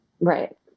right